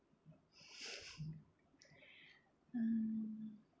ah